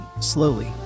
slowly